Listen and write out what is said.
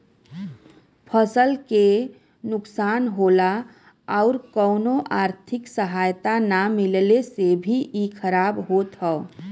फसल के नुकसान होला आउर कउनो आर्थिक सहायता ना मिलले से भी इ खराब होत हौ